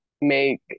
make